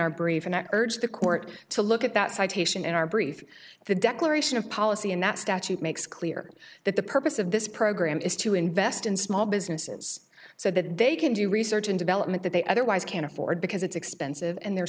our brief and urged the court to look at that citation in our brief the declaration of policy and that statute makes clear that the purpose of this program is to invest in small businesses so that they can do research and development that they otherwise can't afford because it's expensive and they're